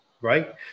right